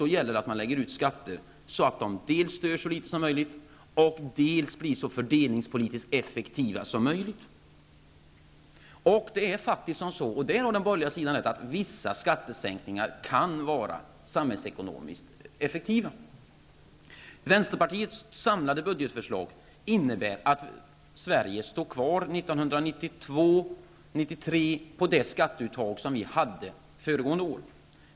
Det gäller då att man fördelar skatter så att de dels stör så litet som möjligt, dels blir så effektiva som möjligt fördelningspoliskt sett. Vissa skattesänkningar kan vara effektiva samhällsekonomiskt sett. Det har den borgerliga sidan rätt i. Vänsterpartiets samlade budgetförslag innebär att Sverige budgetåret 1992/93 står kvar på det skatteuttag som gällde föregående budgetår.